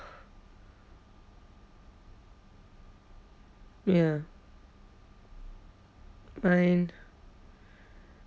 ya mine